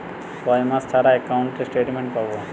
কয় মাস ছাড়া একাউন্টে স্টেটমেন্ট পাব?